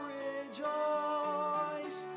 rejoice